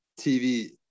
TV